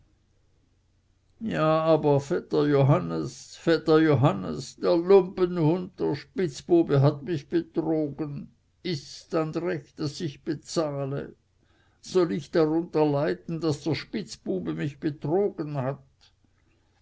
ja aber vetter johannes vetter johannes der lumpenhund der spitzbube hat mich betrogen ists dann recht daß ich bezahle soll ich allein darunter leiden daß der spitzbube mich betrogen hat